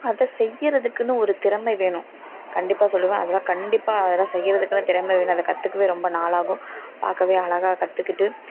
அதை செய்கிறதுக்குன்னு ஒரு திறமை வேணும் கண்டிப்பாக சொல்லுவேன் அதெல்லாம் கண்டிப்பாக அதெல்லாம் செய்கிறதுக்குனே திறமை வேணும் அதை கற்றுக்கவே ரொம்ப நாள் ஆகும் பார்க்கவே அழகா கற்றுக்கிட்டு